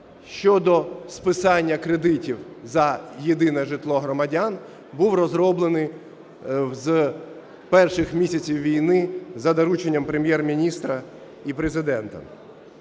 щодо списання кредитів за єдине житло громадян був розроблений з перших місяців війни за дорученням Прем'єр-міністра і Президента.